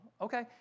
Okay